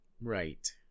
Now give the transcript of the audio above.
Right